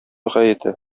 гаете